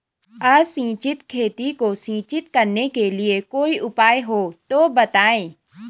असिंचित खेती को सिंचित करने के लिए कोई उपाय हो तो बताएं?